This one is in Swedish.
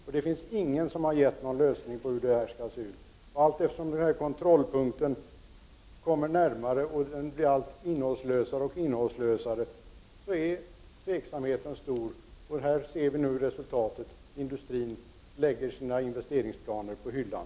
Och ingen har gett någon lösning på det här problemet. Allteftersom kontrollpunkten kommer närmare och blir alltmer innehållslös är tveksamheten stor. Nu ser vi resultatet — industrin lägger sina investeringsplaner på hyllan.